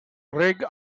rig